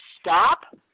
stop